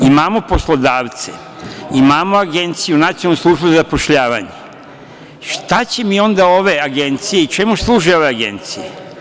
Imamo poslodavce, imamo Nacionalnu službu za zapošljavanje, šta će mi onda ove agencije i čemu služe ove agencije?